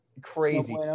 crazy